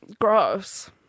gross